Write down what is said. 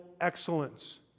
excellence